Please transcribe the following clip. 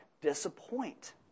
disappoint